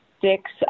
six